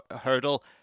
hurdle